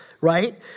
Right